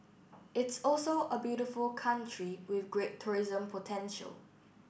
it's also a beautiful country with great tourism potential